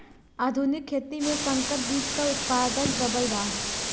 आधुनिक खेती में संकर बीज क उतपादन प्रबल बा